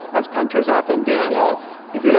as punters often do yes, he's yeah